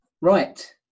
right